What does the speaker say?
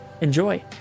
Enjoy